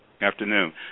afternoon